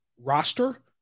roster